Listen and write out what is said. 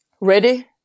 ready